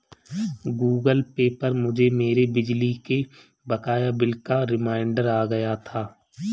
Google Pay पर मुझे मेरे बिजली के बकाया बिल का रिमाइन्डर आ गया था